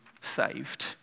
saved